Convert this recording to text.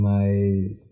Mas